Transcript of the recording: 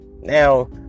now